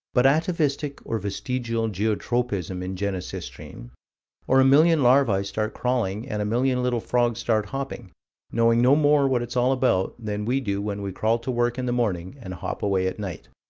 but atavistic, or vestigial, geotropism in genesistrine or a million larvae start crawling, and a million little frogs start hopping knowing no more what it's all about than we do when we crawl to work in the morning and hop away at night.